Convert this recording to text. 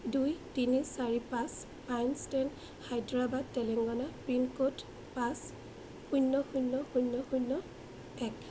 দুই তিনি চাৰি পাঁচ পাইন ষ্টেন হায়দৰাবাদ তেলেংগানা পিন ক'ড পাঁচ শূন্য শূন্য শূন্য শূন্য এক